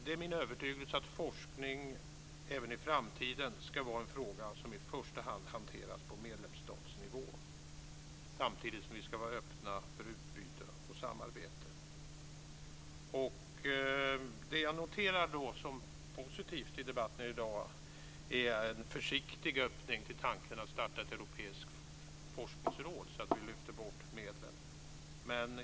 Det är min övertygelse att forskning även i framtiden ska vara en fråga som i första hand ska hanteras på medlemsstatsnivå, samtidigt som vi ska vara öppna för utbyte och samarbete. Jag noterar som positivt i debatten i dag en försiktig öppning till tanken att starta ett europeiskt forskningsråd.